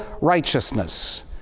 righteousness